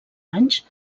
anys